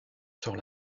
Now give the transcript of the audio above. sur